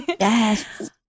Yes